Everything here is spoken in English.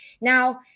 now